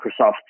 Microsoft